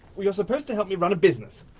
you're supposed to help me run a business!